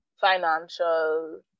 financial